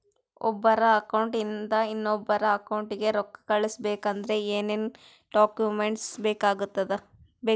ಒಬ್ಬರ ಅಕೌಂಟ್ ಇಂದ ಇನ್ನೊಬ್ಬರ ಅಕೌಂಟಿಗೆ ರೊಕ್ಕ ಕಳಿಸಬೇಕಾದ್ರೆ ಏನೇನ್ ಡಾಕ್ಯೂಮೆಂಟ್ಸ್ ಬೇಕಾಗುತ್ತಾವ?